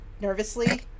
nervously